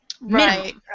Right